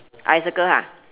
I circle ha